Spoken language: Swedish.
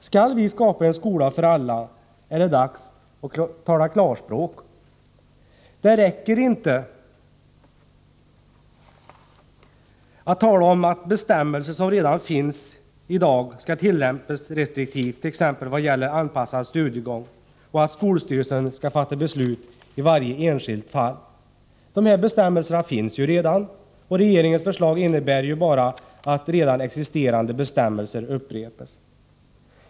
Skall vi skapa en skola för alla är det dags att tala klarspråk. Det räcker inte att tala om att bestämmelser som redan finns i dag skall tillämpas restriktivt, t.ex. när det gäller anpassad studiegång, och att skolstyrelsen skall fatta beslut i varje enskilt fall. Dessa bestämmelser finns ju redan! Regeringens förslag innebär ju bara att redan existerande bestämmelser upprepas.